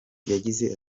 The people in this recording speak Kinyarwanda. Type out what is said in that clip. yagize